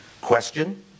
question